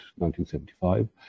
1975